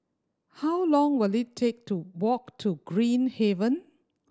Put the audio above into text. how long will it take to walk to Green Haven